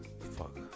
Fuck